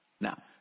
Now